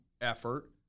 effort